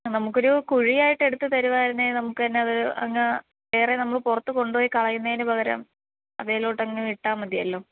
നമുക്കൊരു കുഴിയായിട്ടെടുത്ത് തരികയായിരുന്നേൽ നമുക്ക് തന്നത് അങ്ങ് വേറെ നമ്മള് പുറത്ത് കൊണ്ടുപോയി കളയുന്നതിന് പകരം അതേലോട്ടങ്ങ് ഇട്ടാൽ മതിയല്ലോ